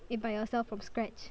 it by yourself from scratch